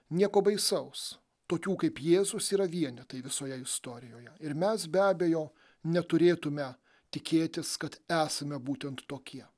nieko baisaus tokių kaip jėzus yra vienetai visoje istorijoje ir mes be abejo neturėtume tikėtis kad esame būtent tokie